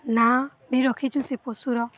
ନା ବି ରଖିଛୁ ସେ ପଶୁର